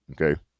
Okay